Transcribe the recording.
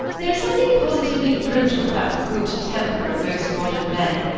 there is something positively brutal about the good temper of most modern men.